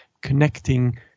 connecting